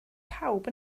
pawb